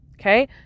Okay